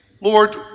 Lord